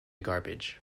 garbage